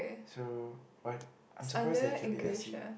so what I'm surprised that it can be S_U